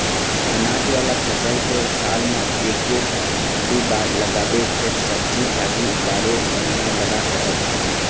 अनाज वाला फसल तो साल म एके दू बार लगाबे फेर सब्जी भाजी बारो महिना लगा सकत हे